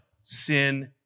Sin